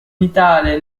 vitale